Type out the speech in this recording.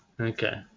okay